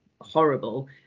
horrible